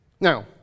Now